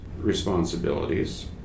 responsibilities